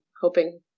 hoping